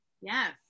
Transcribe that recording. yes